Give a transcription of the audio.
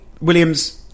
Williams